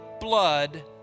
blood